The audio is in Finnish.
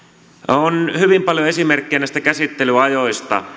on hyvin paljon esimerkkejä näistä käsittelyajoista